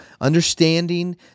understanding